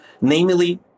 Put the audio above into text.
namely